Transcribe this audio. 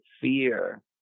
fear